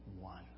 one